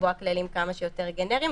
ולקבוע כללים כמה שיותר גנריים,